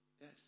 Yes